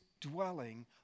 dwelling